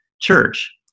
church